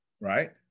right